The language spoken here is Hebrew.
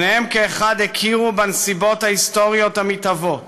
שניהם כאחד הכירו בנסיבות ההיסטוריות המתהוות